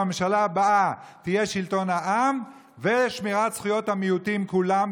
הממשלה הבאה תהיה שלטון העם עם שמירת זכויות המיעוטים כולם,